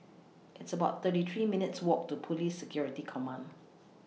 It's about thirty three minutes' Walk to Police Security Command